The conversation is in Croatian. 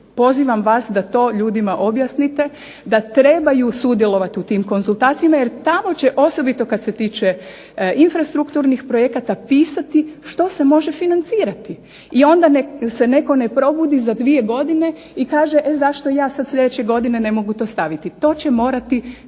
Pozivam vas da to ljudima objasnite da trebaju sudjelovati u tim konzultacijama, jer tamo će osobito kad se tiče infrastrukturnih projekata pisati što se može financirati. I onda nek' se netko ne probudi za dvije godine i kaže e zašto ja sad sljedeće godine ne mogu to staviti. To će morati